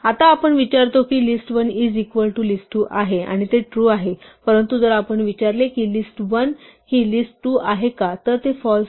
आता आपण विचारतो की list1 is equal to list2 आहे आणि ते ट्रू आहे परंतु जर आपण विचारले की list1 हि list2 आहे का तर ते फाल्स आहे